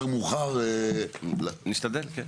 אנחנו עוברים לנושא הבא שעלה גם בדיונים הקודמים